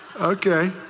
Okay